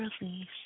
release